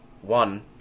One